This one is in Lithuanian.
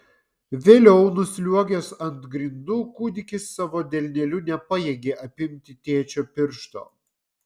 vėliau nusliuogęs ant grindų kūdikis savo delneliu nepajėgė apimti tėčio piršto